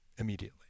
immediately